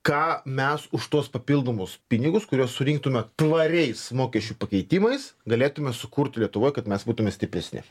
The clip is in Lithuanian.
ką mes už tuos papildomus pinigus kuriuos surinktume tvariais mokesčių pakeitimais galėtume sukurt lietuvoj kad mes būtume stipresni